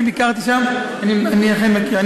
אני אומר שאני ביקרתי שם ואני אכן מכיר.